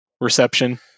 reception